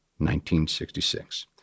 1966